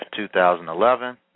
2011